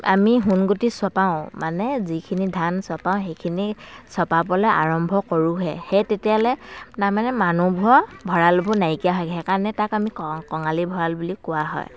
আমি সোণগুটি চপাওঁ মানে যিখিনি ধান চপাওঁ সেইখিনি চপাবলে আৰম্ভ কৰোঁহে সেই তেতিয়ালে তাৰমানে মানুহৰ ভঁৰালবোৰ নাইকিয়া হয় সেইকাৰণে তাক আমি ক কঙালী ভঁৰাল বুলি কোৱা হয়